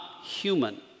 human